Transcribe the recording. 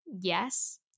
yes